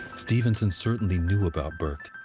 stevenson certainly knew about burke.